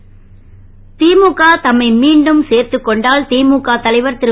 அழகிரி திமுக தம்மை மீண்டும் சேர்த்துக்கொண்டால் திமுக தலைவர் திரு